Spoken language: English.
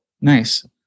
Nice